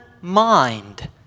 mind